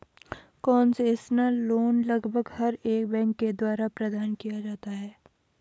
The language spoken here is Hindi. कोन्सेसनल लोन लगभग हर एक बैंक के द्वारा प्रदान किया जाता है